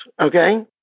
okay